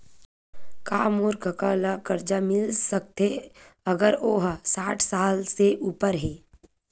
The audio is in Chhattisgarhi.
का मोर कका ला कर्जा मिल सकथे अगर ओ हा साठ साल से उपर हे?